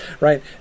right